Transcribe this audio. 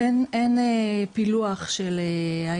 אין לנו פילוח כזה.